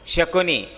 Shakuni